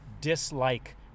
dislike